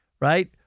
right